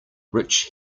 rich